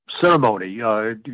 ceremony